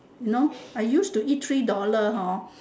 you know I used to eat three dollar hor